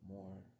more